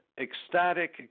ecstatic